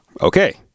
Okay